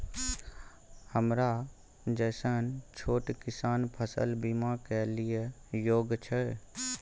हमरा जैसन छोट किसान फसल बीमा के लिए योग्य छै?